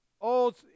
old